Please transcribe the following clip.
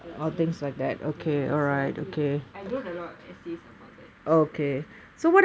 and all that so it's ya so I feel I wrote a lot of essays about that so ya